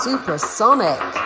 Supersonic